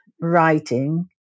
writing